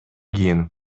кийин